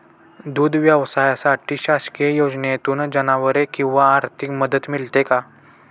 दूध व्यवसायासाठी शासकीय योजनेतून जनावरे किंवा आर्थिक मदत मिळते का?